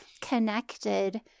connected